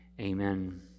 Amen